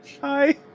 Hi